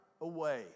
away